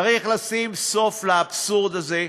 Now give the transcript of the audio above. צריך לשים סוף לאבסורד הזה,